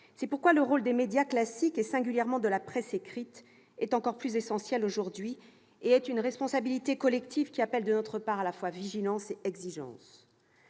C'est pourquoi le rôle des médias classiques, singulièrement de la presse écrite, est encore plus essentiel aujourd'hui et est une responsabilité collective, qui appelle de notre part vigilance et exigence.